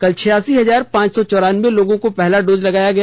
कल छियासी हजार पांच सौ चौरानबे लोगों को पहला डोज लगाया गया